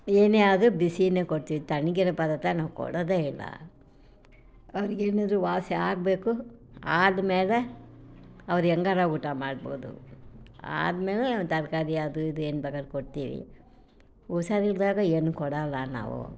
ಏನೇ ಆದ್ರೂ ಬಿಸಿಯೇ ಕೊಡ್ತೀವಿ ತಣ್ಣಗಿರೋ ಪದಾರ್ಥ ನಾವು ಕೊಡೋದೇ ಇಲ್ಲ ಅವರಿಗೇನಿದ್ರೂ ವಾಸಿ ಆಗಬೇಕು ಆದ್ಮೇಲೆ ಅವ್ರು ಹೆಂಗಾರ ಊಟ ಮಾಡ್ಬೋದು ಆದ್ಮೇಲೆ ತರಕಾರಿ ಅದು ಇದು ಏನು ಬೇಕಾರೂ ಕೊಡ್ತೀವಿ ಹುಷಾರಿಲ್ದಾಗ ಏನೂ ಕೊಡೋಲ್ಲ ನಾವು